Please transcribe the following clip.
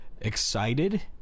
excited